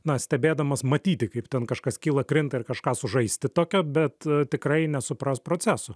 na stebėdamas matyti kaip ten kažkas kyla krinta ir kažką sužaisti tokio bet tikrai nesupras proceso